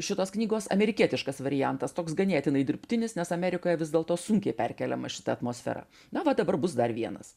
šitos knygos amerikietiškas variantas toks ganėtinai dirbtinis nes amerikoje vis dėlto sunkiai perkeliama šita atmosfera na va dabar bus dar vienas